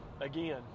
again